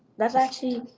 that's actually,